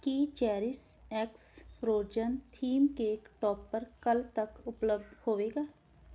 ਕੀ Cherish X Frozen theme cake topper ਕੱਲ੍ਹ ਤੱਕ ਉਪਲੱਬਧ ਹੋਵੇਗਾ